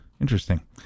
Interesting